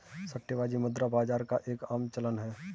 सट्टेबाजी मुद्रा बाजार का एक आम चलन है